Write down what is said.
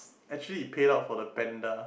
actually it paid out for the panda